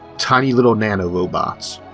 tiny little nano-robots,